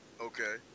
Okay